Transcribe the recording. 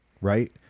right